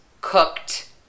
cooked